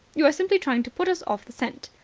you are simply trying to put us off the scent.